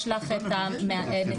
יש לך את נציג הציבור.